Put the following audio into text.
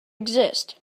exist